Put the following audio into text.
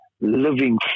living